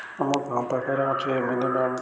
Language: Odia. ଆମ ପାଖରାପ ସେ ମନ